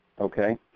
okay